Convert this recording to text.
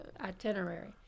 itinerary